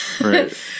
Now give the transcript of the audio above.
Right